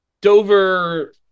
Dover